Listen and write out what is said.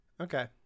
Okay